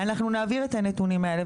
אנחנו נעביר את הנתונים האלה.